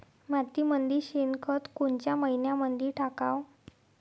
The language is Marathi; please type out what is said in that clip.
मातीमंदी शेणखत कोनच्या मइन्यामंधी टाकाव?